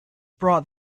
bought